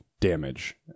damage